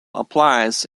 applies